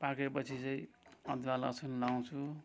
पाकेपछि चाहिँ अदुवा लसुन लाउँछु